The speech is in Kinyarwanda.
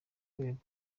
rwego